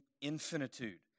infinitude